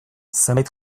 zenbait